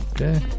Okay